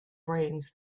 brains